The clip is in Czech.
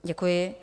Děkuji.